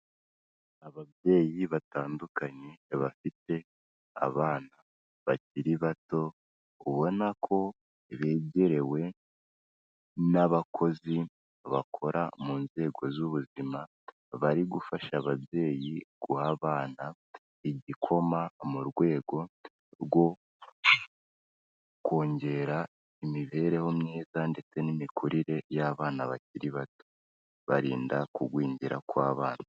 Ababyeyi batandukanye bafite abana bakiri bato ubona ko begerewe n'abakozi bakora mu nzego z'ubuzima. Bari gufasha ababyeyi guha abana igikoma mu rwego rwo kongera imibereho myiza ndetse n'imikurire y'abana bakiri bato. Barinda kugwingira kw'abana.